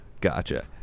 Gotcha